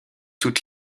toute